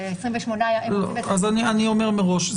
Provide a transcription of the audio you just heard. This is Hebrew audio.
אז אני אומר מראש,